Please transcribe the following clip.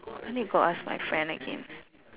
I need to go ask my friend again